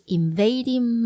invading